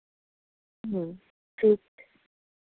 ह्म्म ठीक छै